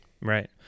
Right